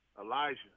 Elijah